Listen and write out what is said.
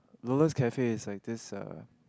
Lola's-Cafe is like this uh